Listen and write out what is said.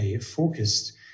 focused